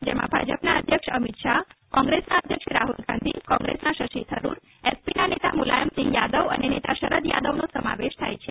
જેમાં ભાજપના અધ્યક્ષ અમિત શાહ કોંગ્રેસના અધ્યક્ષ રાહુલ ગાંધી કોંગ્રેસના શશી થરૂર એસપીના નેતા મુલાયમસિંહ યાદવ અને નેતા શરદ યાદવનો સમાવેશ થાય છે